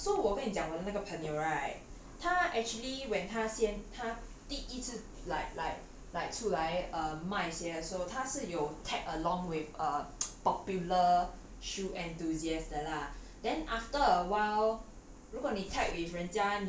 yeah and then and then err so 我跟你讲的我那个朋友 right 他 actually when 他先他第一次 like like like 出来卖鞋 so 他是有 tag along with a popular shoe enthusiasts 的 lah then after a while